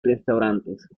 restaurantes